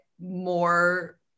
more